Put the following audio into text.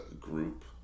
group